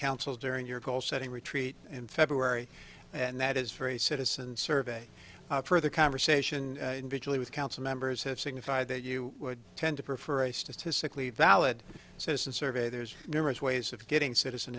council during your goal setting retreat in february and that is very citizen survey further conversation visually with council members have signified that you would tend to prefer a statistically valid system survey there's numerous ways of getting citizen